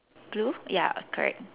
blue ya correct